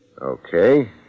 Okay